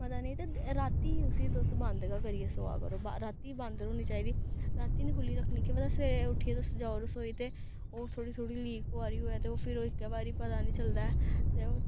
पता नेईं ते राती उस्सी तुस बंद गै करियै सोआ करो राती बंद रौह्नी चाहिदी राती निं खुल्ली रक्खनी केह् पता सबेरे उट्ठियै तुस जाओ रसोई ते ओह् थोह्ड़ी थोह्ड़ी लीक होआ दी होऐ ते ओह् फिर इक्कै बारी पता निं चलदा है ते ओह्